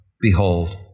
behold